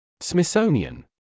Smithsonian